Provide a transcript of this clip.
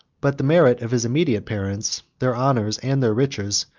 but the merit of his immediate parents, their honors, and their riches,